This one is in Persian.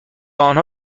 آنها